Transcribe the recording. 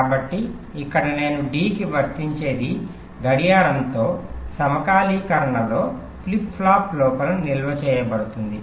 కాబట్టి ఇక్కడ నేను D కి వర్తించేది గడియారంతో సమకాలీకరణలో ఫ్లిప్ ఫ్లాప్ లోపల నిల్వ చేయబడుతుంది